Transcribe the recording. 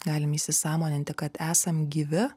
galim įsisąmoninti kad esam gyvi